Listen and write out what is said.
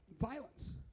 violence